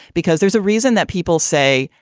because there's a reason that people say,